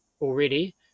already